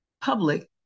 public